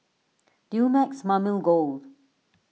Dumex Mamil Gold